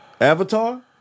Avatar